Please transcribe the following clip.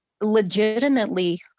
legitimately